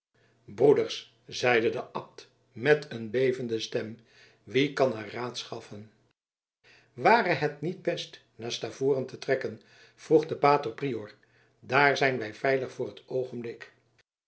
broeders zeide de abt met een bevende stem wie kan er raad schaffen ware het niet best naar stavoren te trekken vroeg de pater prior daar zijn wij veilig voor t oogenblik